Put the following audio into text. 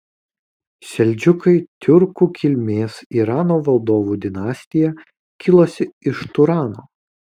seldžiukai tiurkų kilmės irano valdovų dinastija kilusi iš turano